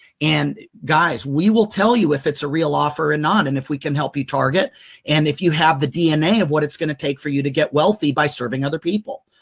and, guys, we will tell you if it's a real offer or and not and if we can help you target and if you have the dna of what it's going to take for you to get wealthy by serving other people.